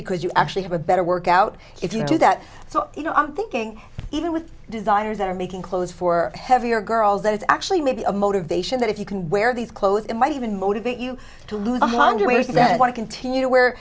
because you actually have a better work out if you do that so you know i'm thinking even with designers that are making clothes for heavier girls that it's actually maybe a motivation that if you can wear these clothes it might even motivate you to lose weight that want to continue to wear